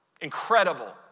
incredible